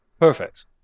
Perfect